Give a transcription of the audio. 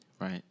Right